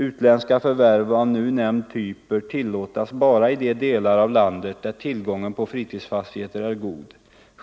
Utländska förvärv av nu nämnd typ bör tillåtas bara i de delar av landet där tillgången på fritidsfastigheter är god.